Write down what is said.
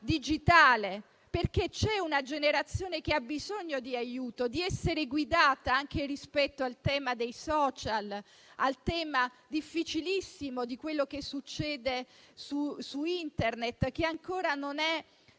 digitale. C'è una generazione che ha bisogno di aiuto, che ha bisogno di essere guidata anche rispetto al tema dei *social*, al tema difficilissimo di quello che succede su Internet, tema ancora non